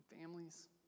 families